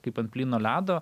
kaip ant plyno ledo